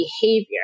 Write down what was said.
behavior